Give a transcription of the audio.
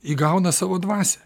įgauna savo dvasią